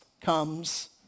comes